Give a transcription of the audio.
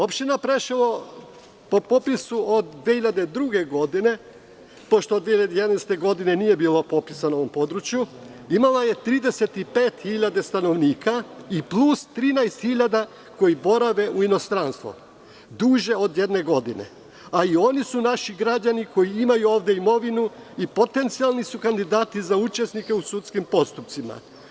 Opština Preševo po popisu od 2002. godine, pošto od 2011. godine nije bilo popisa na ovom području, imala je 35.000 stanovnika i plus 13.000 koji borave u inostranstvu, duže od jedne godine, a i oni su naši građani koji imaju ovde imovinu i potencijalni su kandidati za učesnike u sudskim postupcima.